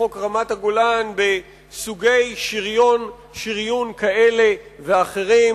חוק רמת-הגולן בסוגי שריון כאלה ואחרים,